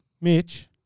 Mitch